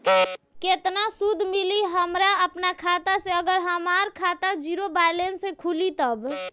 केतना सूद मिली हमरा अपना खाता से अगर हमार खाता ज़ीरो बैलेंस से खुली तब?